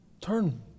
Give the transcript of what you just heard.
turn